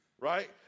right